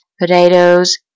potatoes